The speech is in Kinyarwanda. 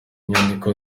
nyandiko